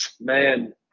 Man